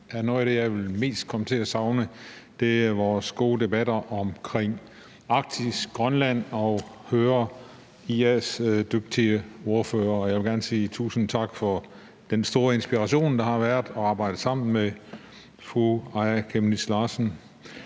noget af det, jeg mest vil komme til at savne, vores gode debatter om Arktis og Grønland og at høre IA's dygtige ordfører. Og jeg vil gerne sige tusind tak for den store inspiration, det har været at arbejde sammen med fru Aaja Chemnitz.